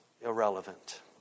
irrelevant